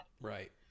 Right